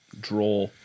draw